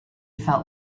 felt